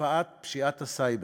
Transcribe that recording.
לתופעות פשיעת הסייבר.